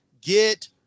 get